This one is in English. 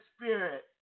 spirit